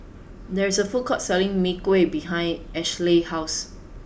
there is a food court selling Mee Kuah behind Ashlee's house